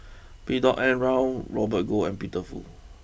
B N Rao Robert Goh and Peter Fu